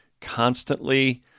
constantly